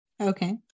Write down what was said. Okay